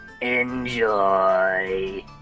Enjoy